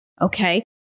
Okay